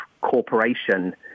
corporation